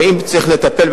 ואם צריך לטפל,